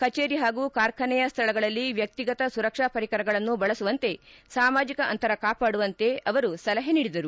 ಕಚೇರಿ ಪಾಗೂ ಕಾರ್ಖಾನೆಯ ಸ್ಥಳಗಳಲ್ಲಿ ವ್ಯಕ್ತಿಗತ ಸುರಕ್ಷಾ ಪರಿಕರಗಳನ್ನು ಬಳಸುವಂತೆ ಸಾಮಾಜಿಕ ಅಂತರ ಕಾಪಾಡುವಂತೆ ಅವರು ಸಲಹೆ ನೀಡಿದರು